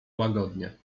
łagodnie